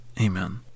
Amen